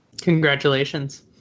Congratulations